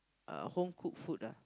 uh homecooked food ah